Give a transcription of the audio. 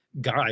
guide